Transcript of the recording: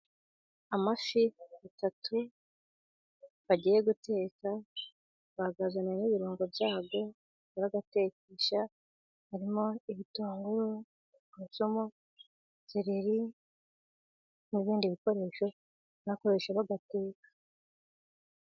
Amafi atatu bagiye guteka, bayazaniye n'ibirungo byayo bari buyitekesha, harimo ibitunguru, tungurusumu, seleri n'ibindi bikoresho bari bukoreshe bayateka.